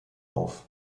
auf